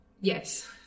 Yes